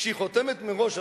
כשהיא חותמת מראש,